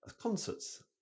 concerts